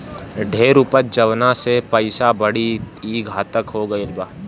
ढेर उपज जवना से पइसा बढ़ी, ई घातक हो गईल बा